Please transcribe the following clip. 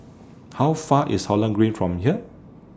How Far IS Holland Green from here